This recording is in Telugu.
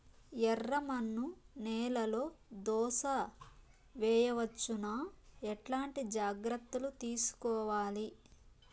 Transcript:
ఎర్రమన్ను నేలలో దోస వేయవచ్చునా? ఎట్లాంటి జాగ్రత్త లు తీసుకోవాలి?